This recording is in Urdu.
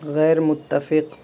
غیر متفق